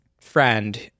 friend